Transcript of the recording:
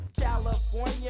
California